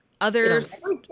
others